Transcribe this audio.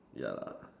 ya lah